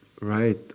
right